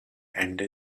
and